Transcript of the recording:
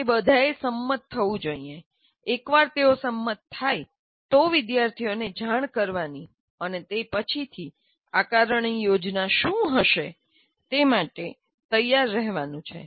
તે બધાએ સંમત થવું જોઈએ એકવાર તેઓ સંમત થાય તો વિદ્યાર્થીઓને જાણ કરવાની અને તે પછીથી આકારણી યોજના શું હશે તે માટે તૈયાર રહેવાનું છે